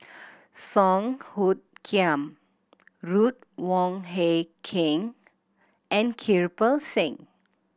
Song Hoot Kiam Ruth Wong Hie King and Kirpal Singh